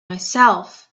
myself